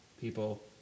people